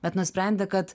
bet nusprendė kad